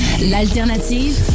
L'alternative